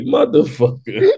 Motherfucker